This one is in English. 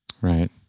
right